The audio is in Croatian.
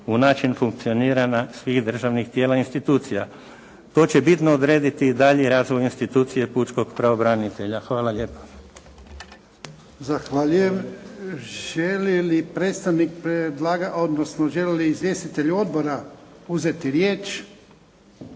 u način funkcioniranja svih državnih tijela i institucija. To će bitno odrediti i dalji razvoj institucije pučkog pravobranitelja. Hvala lijepo. **Jarnjak, Ivan (HDZ)** Zahvaljujem. Želi li predstavnik predlagatelja, odnosno žele li izvjestitelji odbora uzeti riječ?